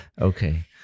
Okay